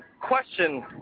question